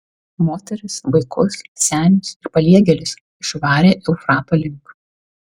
moteris vaikus senius ir paliegėlius išvarė eufrato link